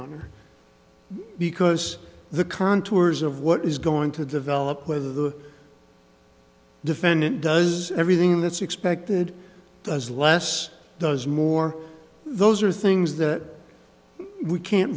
honor because the contours of what is going to develop whether the defendant does everything that's expected does less does more those are things that we can't